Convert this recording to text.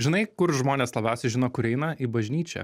žinai kur žmonės labiausiai žino kur eina į bažnyčią